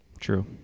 True